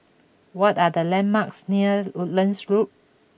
what are the landmarks near Woodlands Loop